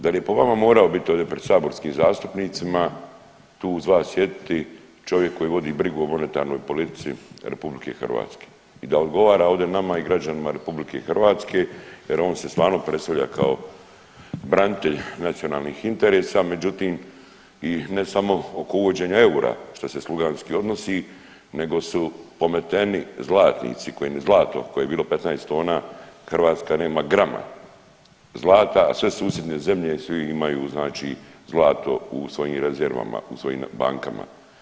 Da li po vama morao biti ovdje pred saborskim zastupnicima tu uz vas sjediti čovjek koji vodi brigu o monetarnoj politici RH i da odgovara ovdje nama i građanima RH jer on se stalno predstavlja kao branitelj nacionalnih interesa međutim i ne samo oko uvođenja eura što se sluganjski odnosi nego su pometeni zlatnici kojim zlato koje je bilo 15 tona Hrvatska nema grama zlata, a sve susjedne zemlje svi imaju znači zlato u svojim rezervama, u svojim bankama.